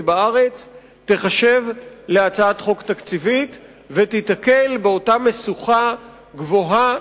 בארץ תיחשב להצעת חוק תקציבית ותיתקל באותה משוכה גבוהה,